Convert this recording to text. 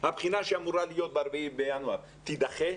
האם הבחינה שאמורה להיות ב-4 בינואר תידחה?